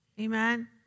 Amen